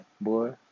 Boy